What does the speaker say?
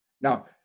Now